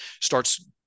starts